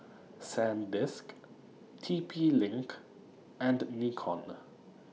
Sandisk T P LINK and Nikon